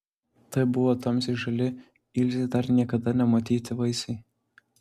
tai buvo tamsiai žali ilzei dar niekada nematyti vaisiai